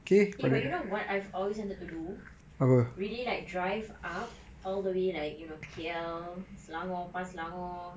eh but you know what I've always wanted to do really like drive up all the way like you know K_L selangor pass selangor